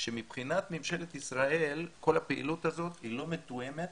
שמבחינת ממשלת ישראל כל הפעילות הזאת לא מתואמת,